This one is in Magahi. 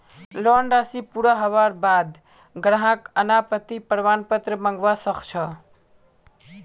लोन राशि पूरा हबार बा द ग्राहक अनापत्ति प्रमाण पत्र मंगवा स ख छ